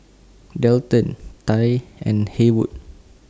Delton Tye and Haywood